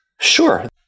Sure